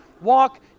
walk